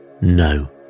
No